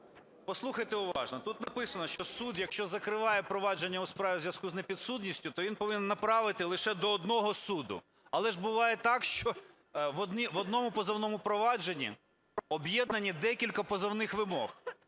Послухайте уважно. Тут написано, що суд, якщо закриває провадження у справі у зв'язку із непідсудністю, то він повинен направити лише до одного суду. Але ж буває так, що в одному позовному провадженні об'єднані декілька позовних вимог,